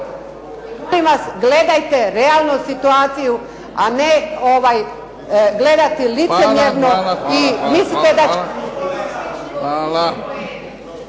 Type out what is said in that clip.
Hvala,